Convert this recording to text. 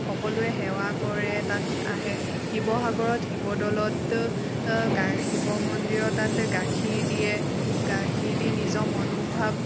সকলোৱে সেৱা কৰে তাত আহে শিৱসাগৰত শিৱ দ'লত গা শিৱ মন্দিৰত তাত গাখীৰ দিয়ে গাখীৰ দি নিজৰ মনোভাৱ